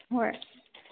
ꯍꯣꯏ